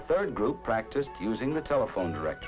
a third group practice using the telephone direct